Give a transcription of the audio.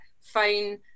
phone